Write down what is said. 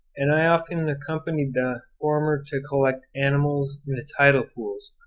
and i often accompanied the former to collect animals in the tidal pools,